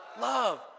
Love